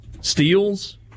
Steals